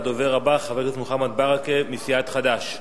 הדובר הבא, חבר הכנסת מוחמד ברכה מסיעת חד"ש,